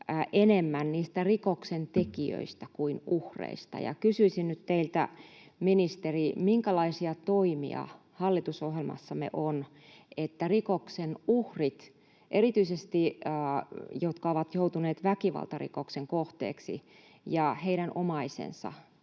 enemmän niistä rikoksentekijöistä kuin uhreista, ja kysyisin nyt teiltä, ministeri, minkälaisia toimia hallitusohjelmassamme on, joita rikoksen uhrit, erityisesti ne, jotka ovat joutuneet väkivaltarikoksen kohteeksi, ja heidän omaisensa